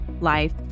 life